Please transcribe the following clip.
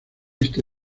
este